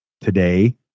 today